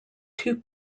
two